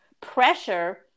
pressure